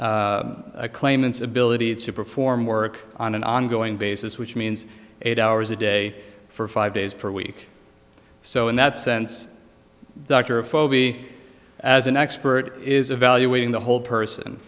claimants ability to perform work on an ongoing basis which means eight hours a day for five days per week so in that sense dr of be as an expert is evaluating the whole person